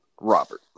Robert